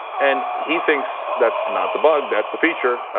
and he thinks that's not the bug, that's the feature.